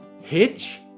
Hitch